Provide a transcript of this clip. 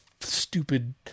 stupid